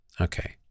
Okay